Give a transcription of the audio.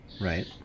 Right